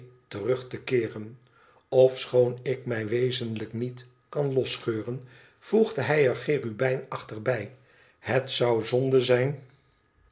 terug te keeren ofschoon ik mij wezenlijk niet kan losscheuren voegde hij er cherubijnachtig bij ihet zou zonde zijn